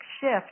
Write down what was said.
shift